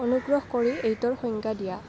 অনুগ্ৰহ কৰি এইটোৰ সংজ্ঞা দিয়া